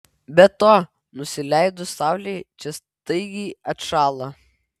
be to nusileidus saulei čia staigiai atšąla